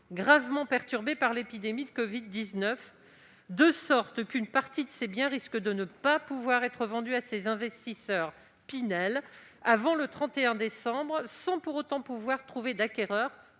gravement perturbée par l'épidémie de covid-19, de sorte qu'une partie de ces biens risque de ne pas pouvoir être vendue à des investisseurs Pinel avant le 31 décembre, sans pour autant pouvoir trouver d'acquéreurs-accédants